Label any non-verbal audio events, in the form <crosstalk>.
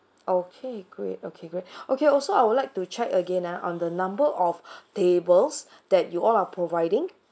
okay great okay great <breath> okay also I would like to check again ah on the number of <breath> tables that you all are providing